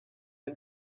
and